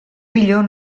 millor